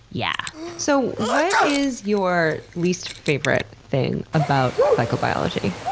yeah so, what is your least favorite thing about glycobiology?